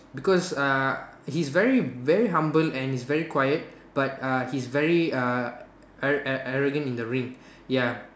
because uh he's very very humble and he's very quiet but uh he's very uh arro~ arrogant in the ring ya